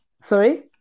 Sorry